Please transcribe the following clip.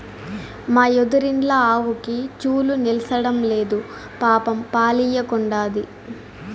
మా ఎదురిండ్ల ఆవుకి చూలు నిల్సడంలేదు పాపం పాలియ్యకుండాది